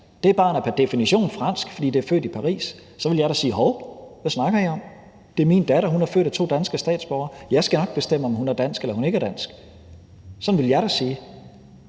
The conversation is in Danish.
er dansk, men pr. definition er fransk, fordi det er født i Paris, så ville jeg da sige: Hov, hvad snakker I om? Det er min datter, hun er født af to danske statsborgere. Jeg skal nok bestemme, om hun er dansk eller hun ikke er dansk. Sådan ville jeg da sige.